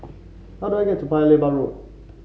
how do I get to Paya Lebar Road